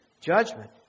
judgment